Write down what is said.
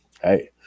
hey